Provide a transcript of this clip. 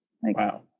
Wow